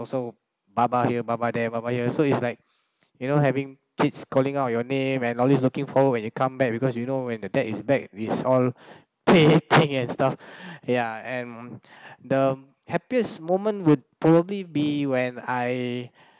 also baba here baba there baba here so it's like you know having kids calling out your name all these looking forward when you come back because you know when the dad is back is all play thing and stuff ya and the happiest moment would probably be when I